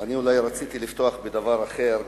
אני רציתי לפתוח בדבר אחר.